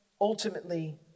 ultimately